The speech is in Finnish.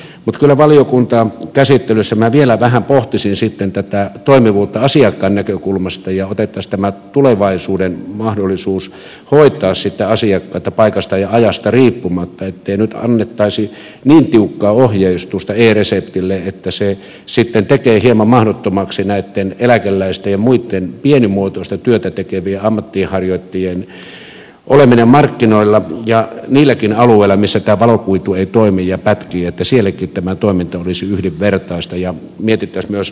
mutta kyllä valiokuntakäsittelyssä minä vielä vähän pohtisin tätä toimivuutta asiakkaan näkökulmasta että otettaisiin tämä tulevaisuuden mahdollisuus hoitaa asiakkaita paikasta ja ajasta riippumatta ettei nyt annettaisi niin tiukkaa ohjeistusta e reseptille että se sitten tekee hieman mahdottomaksi näitten eläkeläisten ja muitten pienimuotoista työtä tekevien ammatinharjoittajien olemisen markkinoilla ja että niilläkin alueilla joilla tämä valokuitu ei toimi ja pätkii tämä toiminta olisi yhdenvertaista ja mietittäisiin myös näitä raja arvoja